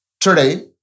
Today